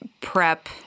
prep